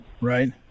Right